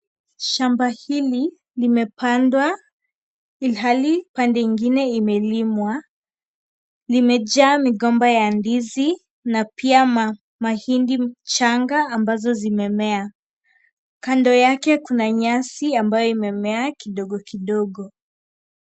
Shamba hili limepandwa ilhali pande ingine imelimwa. Limejaa migomba ya ndizi na pia mahindi changa ambazo zimemea. Kando yake kuna nyasui ambayo imemea kidogo kidogo.